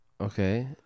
Okay